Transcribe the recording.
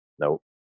nope